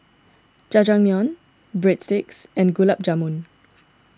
Jajangmyeon Breadsticks and Gulab Jamun